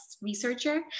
researcher